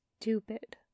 stupid